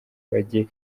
bajye